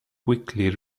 quickly